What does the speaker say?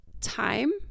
time